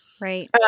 Right